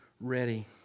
ready